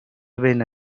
بین